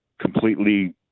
completely